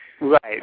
right